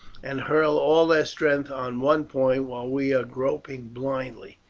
and hurl all their strength on one point while we are groping blindly.